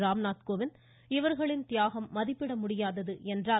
ராம்நாத் கோவிந்த் இவர்களின் தியாகம் மதிப்பிட முடியாதது என்றார்